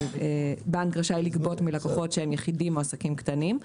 בנק רשאי לגבות מלקוחות שהם יחידים או עסקים קטנים,